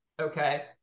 Okay